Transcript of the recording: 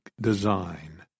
design